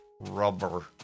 rubber